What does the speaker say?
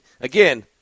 again